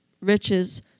riches